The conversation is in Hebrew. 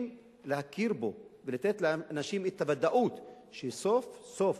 להכיר בו ולתת לאנשים את הוודאות שסוף-סוף